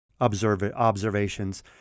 observations